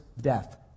death